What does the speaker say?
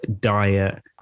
diet